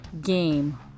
game